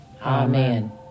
Amen